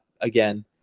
again